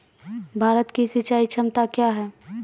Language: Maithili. भारत की सिंचाई क्षमता क्या हैं?